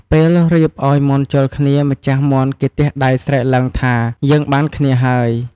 ពេលរៀបឲ្យមាន់ជល់គ្នា ម្ចាស់មាន់គេទះដៃស្រែកឡើង ថា យើងបានគ្នាហើយ ។